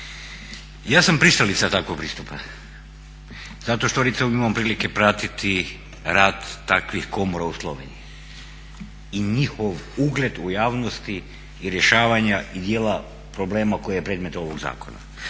Ja sam pristalica takvog pristupa zato što recimo imam prilike pratiti rad takvih komora u Sloveniji i njihov ugled u javnosti i rješavanje dijela problema koji je predmet ovog zakona.